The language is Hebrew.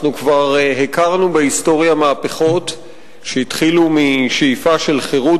כבר הכרנו בהיסטוריה מהפכות שהתחילו משאיפה של חירות